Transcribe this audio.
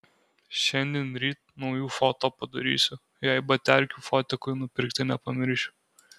šiandien ryt naujų foto padarysiu jei baterkių fotikui nupirkti nepamiršiu